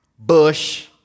Bush